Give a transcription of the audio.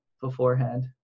beforehand